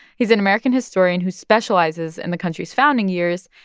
he's an american historian who specializes in the country's founding years.